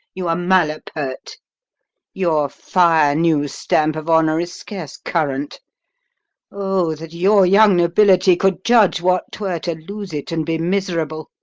you are malapert your fire-new stamp of honour is scarce current o, that your young nobility could judge what twere to lose it, and be miserable!